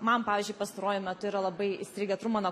man pavyzdžiui pastaruoju metu yra labai įstrigę trumano